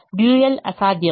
dual అసాధ్యం